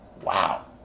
wow